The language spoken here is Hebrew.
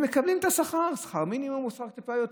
הם מקבלים את השכר, שכר מינימום או שכר טיפה יותר.